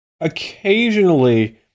occasionally